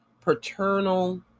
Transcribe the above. paternal